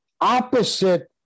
opposite